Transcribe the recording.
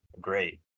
great